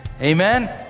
Amen